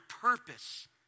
purpose